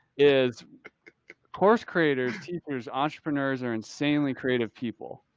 is course creators, teachers, entrepreneurs are insanely creative people.